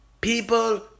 people